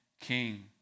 King